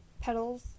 petals